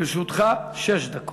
לרשותך שש דקות.